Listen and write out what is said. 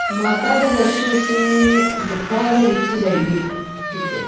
माता दे दर्शन असें गुफां दे बिच जाइयै कीते